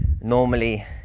normally